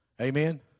Amen